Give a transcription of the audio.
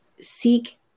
seek